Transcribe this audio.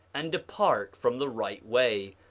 and depart from the right way,